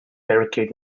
barricade